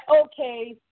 okay